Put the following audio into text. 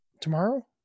tomorrow